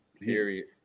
Period